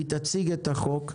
היא תציג את החוק.